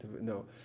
No